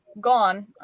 gone